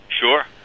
Sure